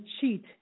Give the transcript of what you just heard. cheat